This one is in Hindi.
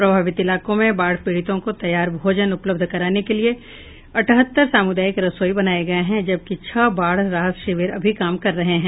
प्रभावित इलाकों में बाढ पीडितों को तैयार भोजन उपलब्ध कराने के लिए अठहत्तर सामुदायिक रसोई घर बनाये गये हैं जबकि छह बाढ राहत शिविर अभी काम कर रहे हैं